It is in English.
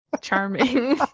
Charming